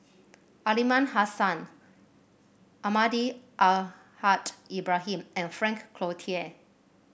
Aliman Hassan Almahdi Al Haj Ibrahim and Frank Cloutier